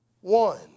one